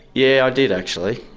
yeah, i did actually.